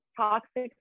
toxic